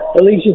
Alicia